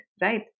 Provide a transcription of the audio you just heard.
right